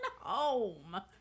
home